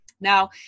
Now